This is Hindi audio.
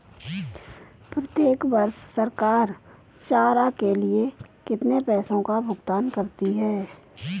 प्रत्येक वर्ष सरकार चारा के लिए कितने पैसों का भुगतान करती है?